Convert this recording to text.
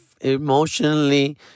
emotionally